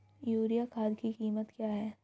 Urea खाद की कीमत क्या है?